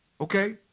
okay